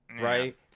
right